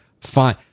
fine